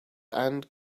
and